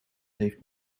heeft